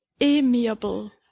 Amiable